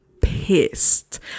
pissed